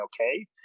okay